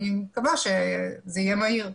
אני מקווה שזה יהיה מהיר.